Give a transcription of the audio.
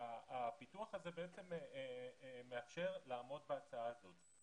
הפיתוח הזה בעצם מאפשר לעמוד בהצעה הזאת.